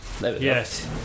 Yes